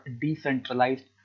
decentralized